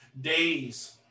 days